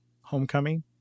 homecoming